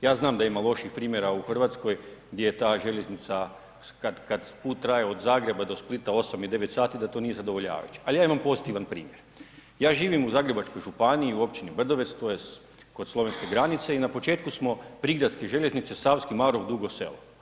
ja znam da ima loših primjera u RH gdje je ta željeznica kad, kad put traje od Zagreba do Splita 8 i 9 sati da to nije zadovoljavajuće, ali ja imam pozitivan primjer, ja živim u Zagrebačkoj županiji, u općini Brdovec tj. kod slovenske granice i na početku smo prigradske željeznice Savski Marof – Dugo Selo.